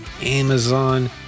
Amazon